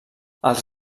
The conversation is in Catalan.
els